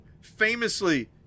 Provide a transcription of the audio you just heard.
famously